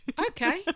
Okay